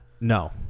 No